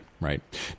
Right